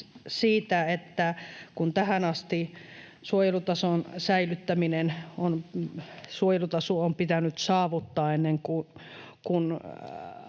että kun tähän asti suojelutaso on pitänyt saavuttaa ennen kuin